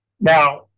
Now